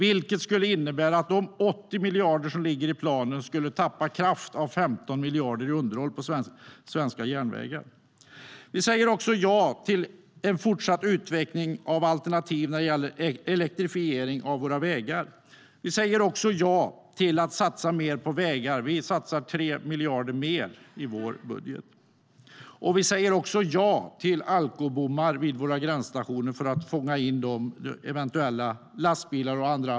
Det skulle innebära att de 80 miljarder som ligger i planen skulle tappa kraft med 15 miljarder i underhåll på svenska järnvägar. Vi säger ja till att satsa mer på vägar.